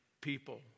people